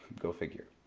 go figure.